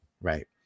Right